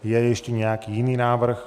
Je ještě nějaký jiný návrh?